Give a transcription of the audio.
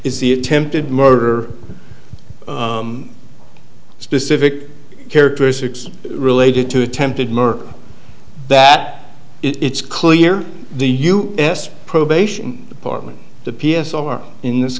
is the attempted murder specific characteristics related to attempted murder that it's clear the u s probation department the p s r in this